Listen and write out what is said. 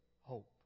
hope